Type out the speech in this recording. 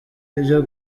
ibyo